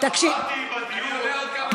אני עולה עוד כמה